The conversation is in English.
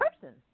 person